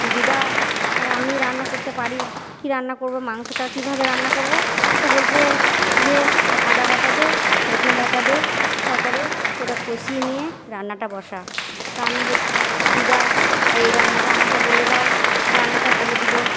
দিদা আমি রান্না করতে পারি কি রান্না করবো মাংসটা কীভাবে রান্না করবো তো বলছে যে আদা বাটা দে রসুন বাটা দে তারপরে ওটা কষিয়ে নিয়ে রান্নাটা বসা তা আমি বলছি দিদা এই রান্নাটা আমাকে বলে দাও রান্নাটা বলে দিলো